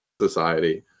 society